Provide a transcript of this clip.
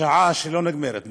שעה שלא נגמרת באמת.